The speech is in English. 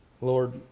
Lord